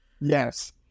Yes